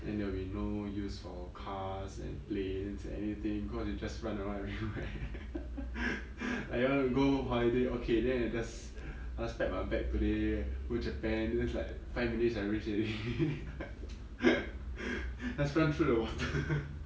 then there will be no use for cars and planes and anything cause you just run around everywhere like you want to go holiday okay then you just just pack my bag today go japan then it's like five minutes I reach already just run through the water